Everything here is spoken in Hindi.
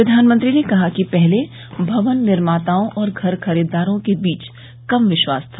प्रधानमंत्री ने कहा कि पहले भवन निर्माताओं और घर खरीदारों के बीच कम विश्वास था